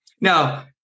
Now